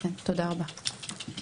תודה רבה.